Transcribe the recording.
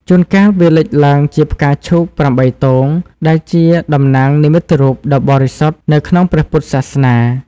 ជួនកាលវាលេចឡើងជា ផ្កាឈូកប្រាំបីទង ដែលជាតំណាងនិមិត្តរូបដ៏វិសុទ្ធនៅក្នុងព្រះពុទ្ធសាសនា។